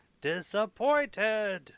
disappointed